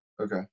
Okay